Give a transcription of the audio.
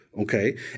okay